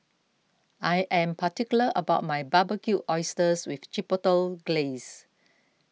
I am particular about my Barbecued Oysters with Chipotle Glaze